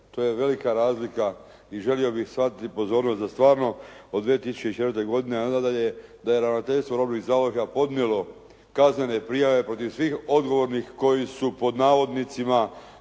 to je velika razlika i želio bih shvatiti pozornost da stvarno od 2004. godine na dalje da je ravnateljstvo robnih zaliha podnijelo kaznene prijave protiv svih odgovornih koji su pod navodnicima,